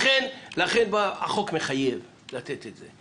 לכן החוק מחייב לתת את זה.